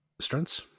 strengths